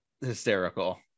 hysterical